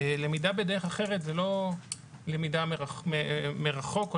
למידה בדרך אחרת זה לא למידה מרחוק או